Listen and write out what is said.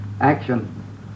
Action